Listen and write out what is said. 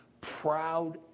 Proud